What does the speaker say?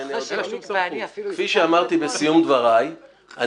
כפי שאמרתי בסיום דבריי,